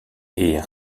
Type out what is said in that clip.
est